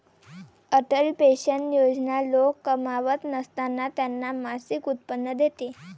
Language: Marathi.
अटल पेन्शन योजना लोक कमावत नसताना त्यांना मासिक उत्पन्न देते